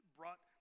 brought